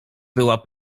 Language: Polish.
była